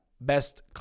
Best